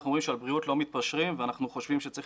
אנחנו אומרים שעל בריאות לא מתפשרים ואנחנו חושבים שצריכים